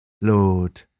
Lord